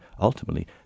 ultimately